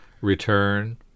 return